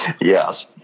Yes